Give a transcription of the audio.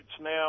now